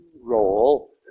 role